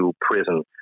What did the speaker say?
prison